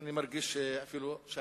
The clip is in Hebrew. אני מרגיש שאני